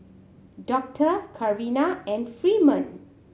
Doctor Carina and Freeman